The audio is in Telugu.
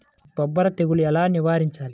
బొబ్బర తెగులు ఎలా నివారించాలి?